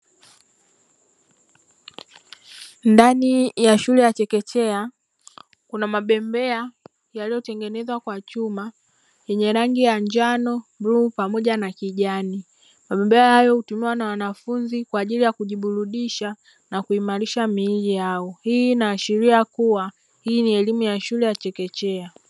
Ndani ya shule ya chekechea kuna mabembea yaliyotengenezwa kwa chuma yenye rangi ya njano, bluu pamoja na kijani mabembea hayo hutumiwa na wanafunzi Kwa ajili ya kujiburudisha na kuimarisha miili yao. Hii inaashiria kuwa hii ni elimu ya chekechea.